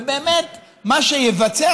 ובאמת מה שייווצר,